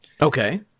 Okay